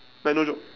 like no joke